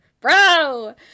Bro